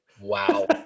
Wow